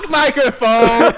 microphone